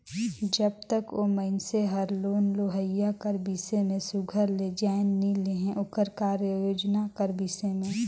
जब तक ओ मइनसे हर लोन लेहोइया कर बिसे में सुग्घर ले जाएन नी लेहे ओकर कारयोजना कर बिसे में